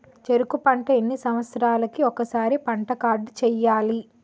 చెరుకు పంట ఎన్ని సంవత్సరాలకి ఒక్కసారి పంట కార్డ్ చెయ్యాలి?